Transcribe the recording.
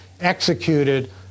executed